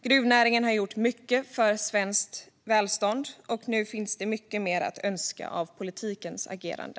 Gruvnäringen har gjort mycket för svenskt välstånd, och nu finns det mycket mer att önska av politikens agerande.